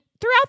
throughout